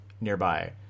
nearby